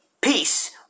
Peace